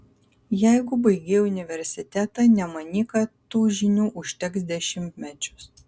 jeigu baigei universitetą nemanyk kad tų žinių užteks dešimtmečius